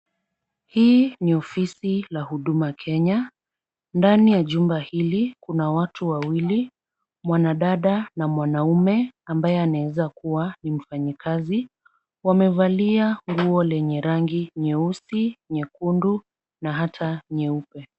Hii ni ofisi la huduma Kenya. Ndani ya jumba hili kuna watu wawili mwanadada na mwanaume ambaye anaweza kuwa ni mfanyakazi. Wamevalia nguo lenye rangi nyeusi, nyekundu na hata nyeupe.